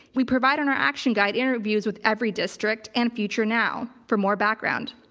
we provide in our action guide interviews with everydistrict and future now for more background.